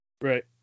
Right